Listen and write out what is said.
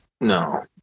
no